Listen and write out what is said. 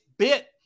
bit